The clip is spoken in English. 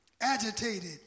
agitated